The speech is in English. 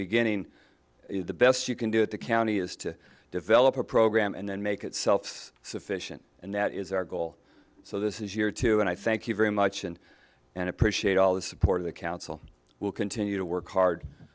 beginning the best you can do at the county is to develop a program and then make it self sufficient and that is our goal so this is year two and i thank you very much and and appreciate all the support of the council will continue to work hard